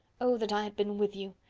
oh that i had been with you!